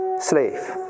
slave